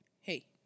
hey